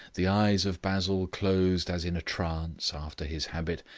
the eyes of basil closed as in a trance, after his habit,